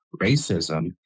racism